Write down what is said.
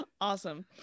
awesome